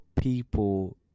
people